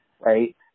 right